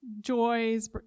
joys